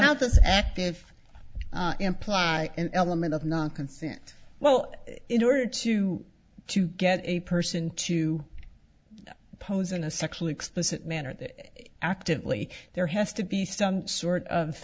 how this active imply an element of non consent well in order to to get a person to pose in a sexually explicit manner that actively there has to be some sort of